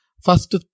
first